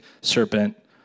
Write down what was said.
serpent